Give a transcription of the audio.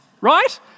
right